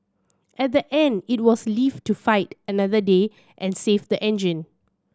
at the end it was live to fight another day and save the engine